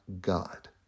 God